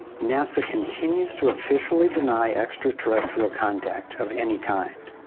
nasa continues to officially deny extra-terrestial contact of any kind.